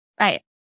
right